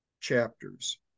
chapters